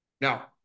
now